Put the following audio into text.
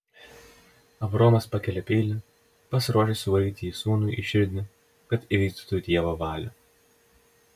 abraomas pakelia peilį pasiruošęs suvaryti jį sūnui į širdį kad įvykdytų dievo valią